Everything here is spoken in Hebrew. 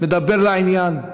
מדבר לעניין.